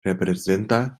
representa